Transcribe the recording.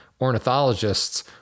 ornithologists